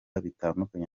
bitandukanye